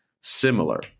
similar